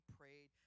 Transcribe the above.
prayed